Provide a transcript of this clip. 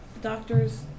doctors